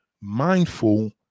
mindful